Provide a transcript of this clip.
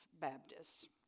Baptists